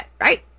right